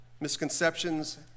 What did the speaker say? misconceptions